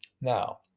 Now